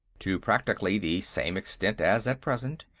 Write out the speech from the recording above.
to practically the same extent as at present.